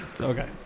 Okay